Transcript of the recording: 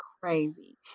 crazy